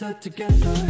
together